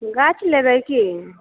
गाछ लेबै की